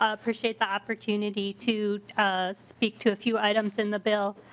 ah appreciate the opportunity to speak to a few items in the bill.